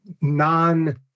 non